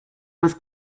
was